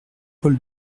paul